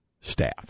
staff